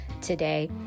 today